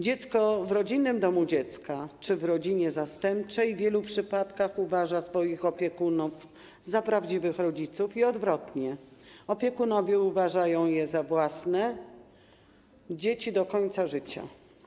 Dziecko w rodzinnym domu dziecka czy w rodzinie zastępczej w wielu przypadkach uważa swoich opiekunów za prawdziwych rodziców i odwrotnie - opiekunowie uważają je za własne do końca życia.